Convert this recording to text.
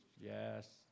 yes